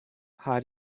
how